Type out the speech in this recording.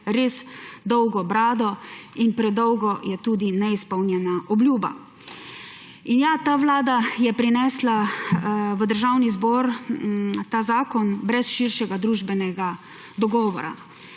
res dolgo brado in predolga je tudi neizpolnjena obljuba. In ja, ta vlada je prinesla v Državni zbor ta zakon brez širšega družbenega dogovora,